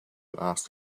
asked